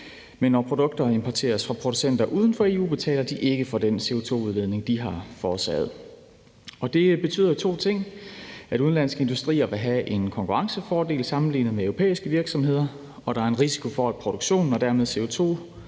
Men når produkter importeres fra producenter uden for EU, betaler man ikke for den CO2-udledning, de har forårsaget. Det betyder to ting: at udenlandske industrier vil have en konkurrencefordel sammenlignet med europæiske virksomheder, og at der er en risiko for, at produktionen og dermed